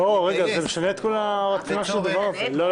לא, זה משנה את כל הרציונל של הפעילות.